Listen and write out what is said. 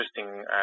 interesting